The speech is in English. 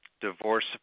divorce